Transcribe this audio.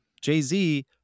Jay-Z